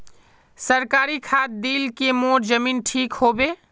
सरकारी खाद दिल की मोर जमीन ठीक होबे?